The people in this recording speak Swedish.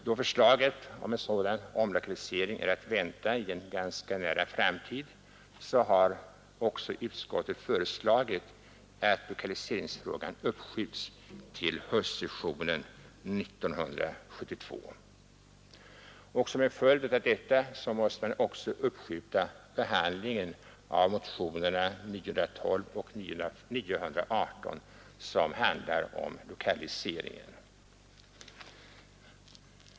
Då förslag om en sådan omlokalisering är att vänta i en ganska nära framtid, har också utskottet föreslagit att omlokaliseringsfrågan uppskjuts till höstsessionen 1972. Som en följd av detta måste man också uppskjuta behandlingen av motionerna 912 och 918, som handlar om lokaliseringen.